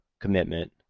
commitment